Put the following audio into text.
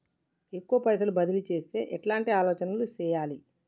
ఎక్కువ పైసలు బదిలీ చేత్తే ఎట్లాంటి ఆలోచన సేయాలి?